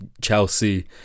Chelsea